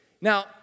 Now